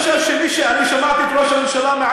את כלל הציבור לא האשימו,